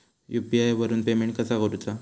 UPI वरून payment कसा करूचा?